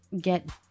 get